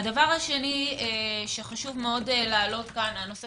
הדבר השני שחשוב להעלות כאן נושא